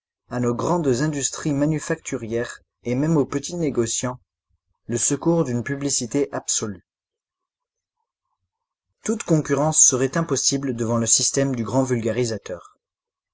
à nos grandes industries manufacturières et même aux petits négociants le secours d'une publicité absolue toute concurrence serait impossible devant le système du grand vulgarisateur